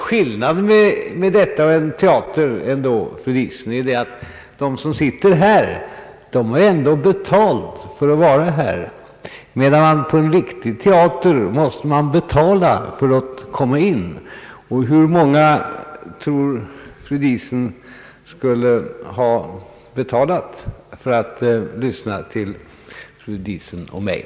Skillnaden mellan riksdagen och en teater är ändå, fru Diesen, att de som sitter här har betalt för att vara här, medan man måste betala för att komma in på en riktig teater. Hur många skulle enligt fru Diesens uppfattning ha betalat för att få lyssna till fru Diesen och mig?